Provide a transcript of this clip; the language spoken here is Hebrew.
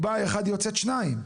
היא באה אחת ויוצאת שניים,